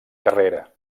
carrera